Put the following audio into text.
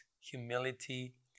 humility